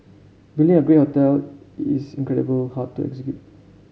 building a great hotel is incredible hard to execute